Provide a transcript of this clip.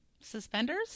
Suspenders